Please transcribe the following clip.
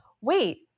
wait